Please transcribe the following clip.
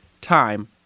Time